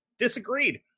Disagreed